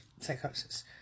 psychosis